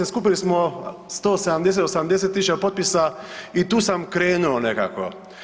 Skupili smo 170, 180 000 potpisa i tu sam krenuo nekako.